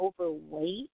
overweight